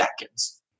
seconds